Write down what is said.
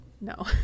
no